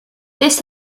this